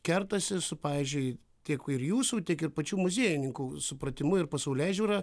kertasi su pavyzdžiui tiek ir jūsų tiek ir pačių muziejininkų supratimu ir pasaulėžiūra